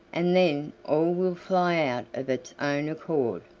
and then all will fly out of its own accord.